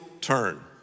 turn